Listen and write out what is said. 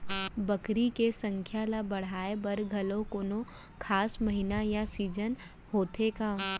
बकरी के संख्या ला बढ़ाए बर घलव कोनो खास महीना या सीजन होथे का?